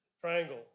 Triangle